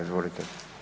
Izvolite.